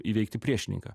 įveikti priešininką